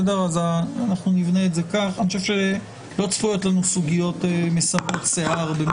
אני חושב שצפויות לנו סוגיות מסמרות שיער.